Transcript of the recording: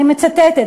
אני מצטטת,